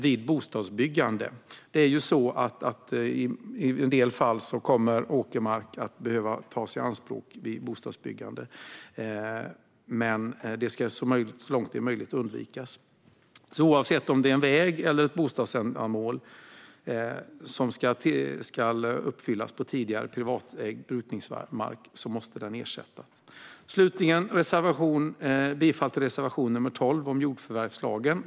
Jag är väl medveten om att det i en del fall inte går att undvika att åkermark behöver tas i anspråk vid bostadsbyggande, men det ska undvikas så långt det är möjligt. Oavsett om tidigare privatägd brukningsmark tas i anspråk för väg eller bostadsändamål måste den ersättas. Jag yrkar bifall till reservation nr 12 om jordförvärvslagen.